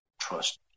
Trust